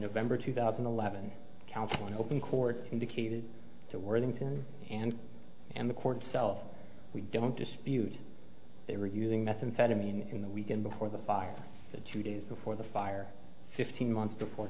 november two thousand and eleven counsel in open court indicated to worthington and and the court itself we don't dispute they were using methamphetamine in the weekend before the fire two days before the fire fifteen months before